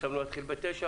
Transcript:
חשבנו להתחיל ב-9,